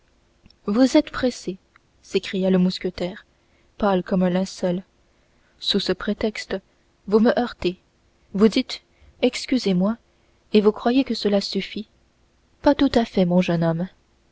vous êtes pressé s'écria le mousquetaire pâle comme un linceul sous ce prétexte vous me heurtez vous dites excusez-moi et vous croyez que cela suffit pas tout à fait mon jeune homme